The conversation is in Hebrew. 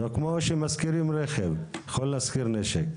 כמו שמשכירים רכב, יכול להשכיר נשק.